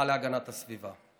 השרה להגנת הסביבה.